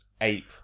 ape